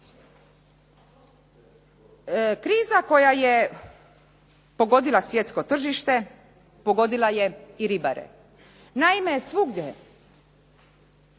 Kriza koja je pogodila svjetsko tržište, pogodila je i ribare. Naime, svugdje